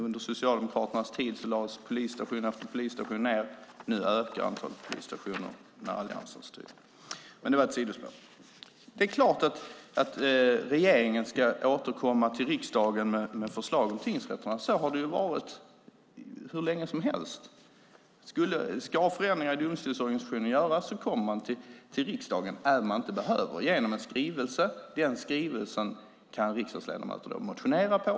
Under Socialdemokraternas tid lades polisstation efter polisstation ned. Nu ökar antalet polisstationer när Alliansen styr. Men det var ett sidospår. Det är klart att regeringen ska återkomma till riksdagen med förslag om tingsrätterna. Så har det ju varit hur länge som helst. Ska förändringar i domstolsorganisationen göras kommer man till riksdagen, även om man inte behöver, genom en skrivelse. Den skrivelsen kan riksdagsledamöterna motionera på.